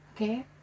okay